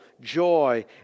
joy